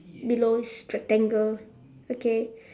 below is rectangle okay